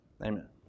Amen